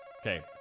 Okay